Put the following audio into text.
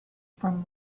from